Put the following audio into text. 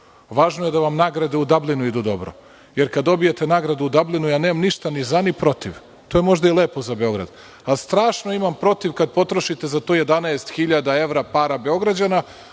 Važno je da vam nagrade u Dablinu idu dobro, jer kad dobijete nagradu u Dablinu ja nemam ništa ni za ni protiv. To je možda i lepo za Beograd. Ali strašno imam protiv kad potrošite za to 11.000 evra para Beograđana,